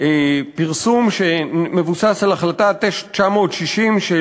פרסום שמבוסס על החלטה 960 של